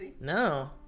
No